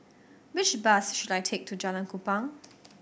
which bus should I take to Jalan Kupang